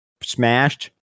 smashed